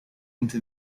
into